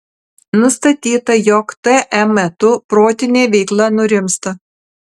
nustatyta jog tm metu protinė veikla nurimsta